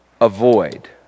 Avoid